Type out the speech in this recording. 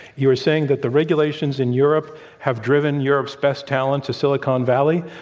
you were saying that the regulations in europe have driven europe's best talent to silicon valley,